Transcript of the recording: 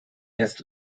his